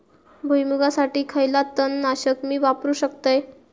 भुईमुगासाठी खयला तण नाशक मी वापरू शकतय?